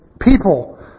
People